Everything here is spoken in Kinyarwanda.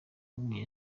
w’umunya